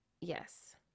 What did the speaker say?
Yes